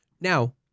Now